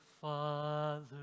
father